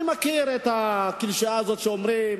אני מכיר את הקלישאה שאומרים,